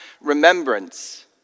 remembrance